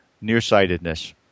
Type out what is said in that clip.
nearsightedness